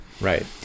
Right